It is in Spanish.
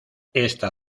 esta